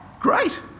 great